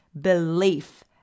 belief